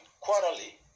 quarterly